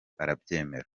arabyemera